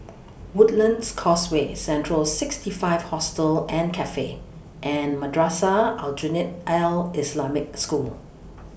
Woodlands Causeway Central sixty five Hostel and Cafe and Madrasah Aljunied Al Islamic School